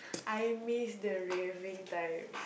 I miss the raving times